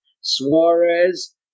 Suarez